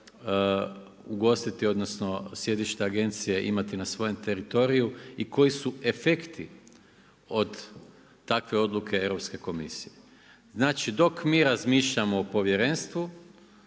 ugostiti odnosno sjedišta agencije imati na svojem teritoriju i koji su efekti od takve odluke Europske komisije. Znači dok mi razmišljamo o povjerenstvu,